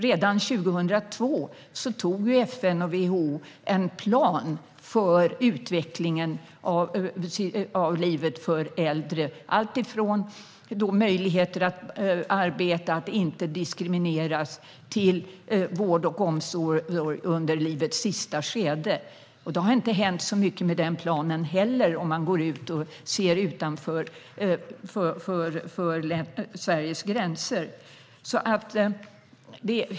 Redan 2002 antog FN och WHO en plan för utvecklingen av livet för äldre, alltifrån möjligheter att arbeta, att inte diskrimineras, till vård och omsorg under livets sista skede. Det har inte hänt så mycket med den planen heller utanför Sveriges gränser.